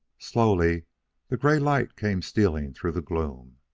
slowly the gray light came stealing through the gloom,